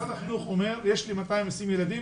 משרד החינוך אומר שיש 220 ילדים,